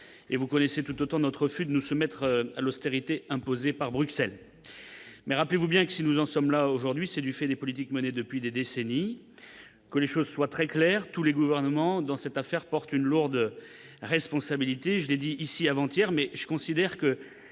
et vous connaissez tout autant notre nous se mettre à l'austérité imposée par Bruxelles, mais rappelez-vous : bien que si nous en sommes là aujourd'hui, c'est du fait des politiques menées depuis des décennies que les choses soient très claires, tous les gouvernements dans cette affaire portent une lourde responsabilité, je l'ai dit ici avant hier, mais je considère que